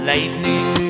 Lightning